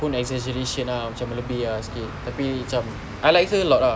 pun exaggeration ah cam lebih ah tapi cam I like her a lot ah